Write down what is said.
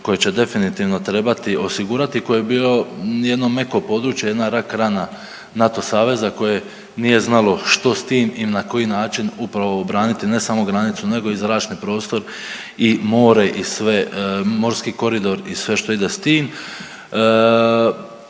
koje će definitivno trebati osigurati, koje je bilo jedno meko područje jedna rak rana NATO saveza koje nije znalo što s tim i na koji način upravo obraniti ne samo granicu nego i zračni prostor i more i sve, morski koridor i sve što ide s tim.